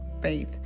faith